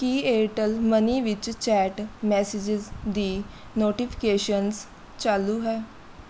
ਕੀ Airtel money ਵਿੱਚ chat messages ਦੀ notifications ਚਾਲੂ ਹੈ